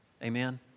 Amen